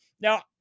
Now